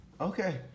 Okay